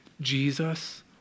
Jesus